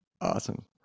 awesome